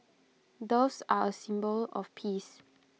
doves are A symbol of peace